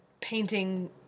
painting